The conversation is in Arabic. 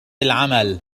العمل